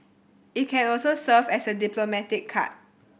it can also serve as a diplomatic card